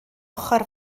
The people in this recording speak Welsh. ochr